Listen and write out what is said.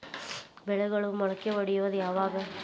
ಬೆಳೆಗಳು ಮೊಳಕೆ ಒಡಿಯೋದ್ ಯಾವಾಗ್?